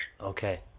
Okay